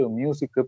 music